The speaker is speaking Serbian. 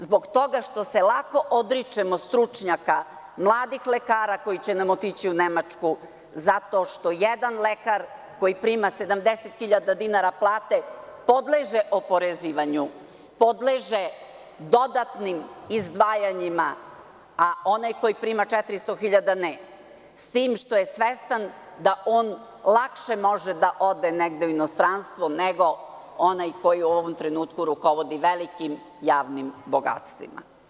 Zbog toga što se lako odričemo stručnjaka, mladih lekara koji će nam otići u Nemačku, zato što jedan lekar koji prima 70.000 dinara plate podleže oporezivanju, podleže dodatnim izdvajanjima, a onaj koji prima 400.000 ne, s tim što je svestan da on lakše može da ode negde u inostranstvo, nego onaj koji u ovom trenutku rukovodi velikim javnim bogatstvima.